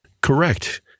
Correct